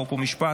חוק ומשפט,